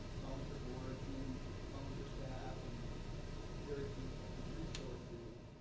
volunteer boards and volunteer staff and very few full-time resources,